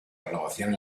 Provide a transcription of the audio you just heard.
renovación